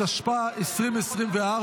התשפ"ה 2024,